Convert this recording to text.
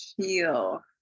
feel